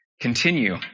continue